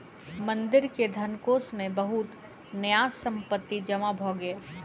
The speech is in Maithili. मंदिर के धनकोष मे बहुत न्यास संपत्ति जमा भ गेल